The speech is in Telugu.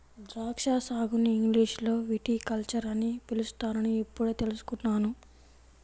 ద్రాక్షా సాగుని ఇంగ్లీషులో విటికల్చర్ అని పిలుస్తారని ఇప్పుడే తెల్సుకున్నాను